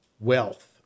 wealth